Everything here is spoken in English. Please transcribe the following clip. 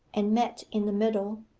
and met in the middle,